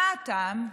מה הטעם?